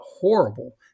horrible